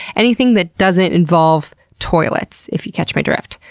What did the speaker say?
anything that doesn't involve toilets, if you catch my drift.